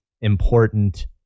important